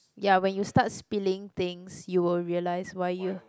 ya when you start spilling things you will realise why you